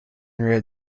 red